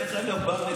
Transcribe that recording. דרך אגב,